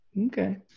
Okay